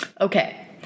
Okay